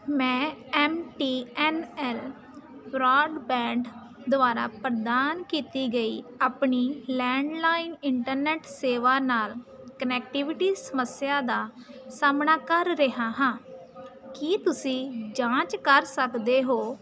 ਮੈਂ M T N L broadband ਦੁਆਰਾ ਪ੍ਰਦਾਨ ਕੀਤੀ ਗਈ ਆਪਣੀ ਲੈਂਡਲਾਈਨ ਇੰਟਰਨੈਟ ਸੇਵਾ ਨਾਲ ਕਨੈਕਟੀਵਿਟੀ ਸਮੱਸਿਆ ਦਾ ਸਾਹਮਣਾ ਕਰ ਰਿਹਾ ਹਾਂ ਕੀ ਤੁਸੀਂ ਜਾਂਚ ਕਰ ਸਕਦੇ ਹੋ